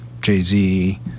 Jay-Z